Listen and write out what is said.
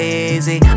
easy